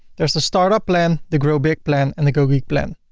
there's the startup plan, the growbig plan and the gogeek plan.